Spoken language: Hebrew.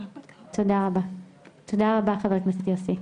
תודה רבה חבר הכנסת יוסי.